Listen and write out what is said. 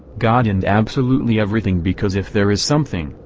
god and absolutely everything because if there is something,